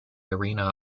arena